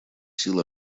сил